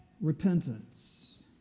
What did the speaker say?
repentance